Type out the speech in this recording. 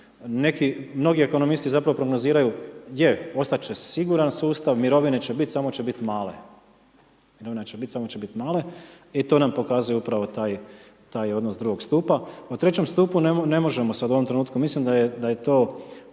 mnogi ekonomisti zapravo prognoziraju, je ostati će siguran sustav, mirovine će biti samo će biti male. Mirovina će biti, samo će biti male i to nam pokazuje upravo taj odnos drugog stupa. U trećem stupu ne možemo sada u ovom trenutku, mislim da je to